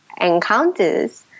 encounters